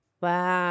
Wow